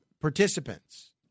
participants